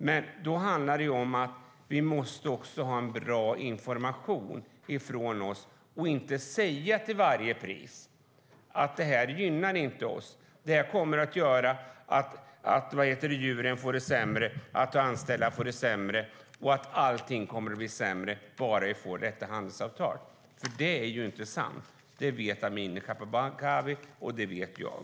Men då handlar det om att det måste finnas bra information från oss och att vi inte till varje pris säger att det här inte gynnar oss - att djuren får det sämre, att anställda får det sämre och att allting kommer att bli sämre bara vi får detta handelsavtal. Det är ju inte sant. Det vet Amineh Kakabaveh, och det vet jag.